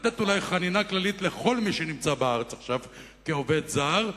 ולתת אולי חנינה כללית לכל מי שנמצא בארץ עכשיו כעובד זר,